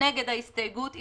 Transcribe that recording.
כנגד ההסתייגות,